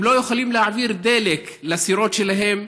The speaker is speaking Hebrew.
הם לא יכולים להעביר דלק לסירות שלהם,